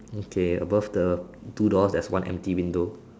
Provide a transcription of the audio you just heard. okay above the two doors there's one empty window